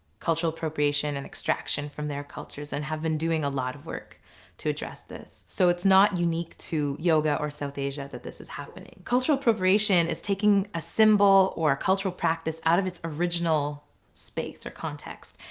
cultural appropriation and extraction from their cultures and have been doing a lot of work to address this. so it's not unique to yoga or south asia that this is happening. cultural appropriation is taking a symbol or a cultural practice out of its original space or context,